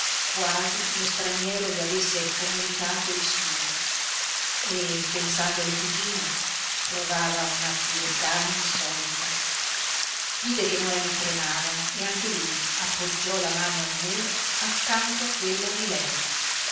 quasi lo straniero gli avesse comunicato il suo e pensando alle cugine provava una pietà insolita vide che noemi tremava e anche lui appoggiò la mano al muro accanto a quella di lei